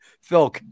Phil